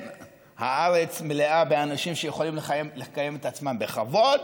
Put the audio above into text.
הארץ מלאה באנשים שיכולים לקיים את עצמם בכבוד,